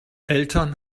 eltern